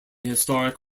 historic